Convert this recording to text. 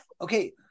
okay